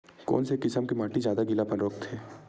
कोन से किसम के माटी ज्यादा गीलापन रोकथे?